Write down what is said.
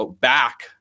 back